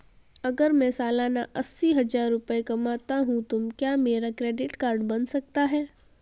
अगर मैं सालाना अस्सी हज़ार रुपये कमाता हूं तो क्या मेरा क्रेडिट कार्ड बन सकता है?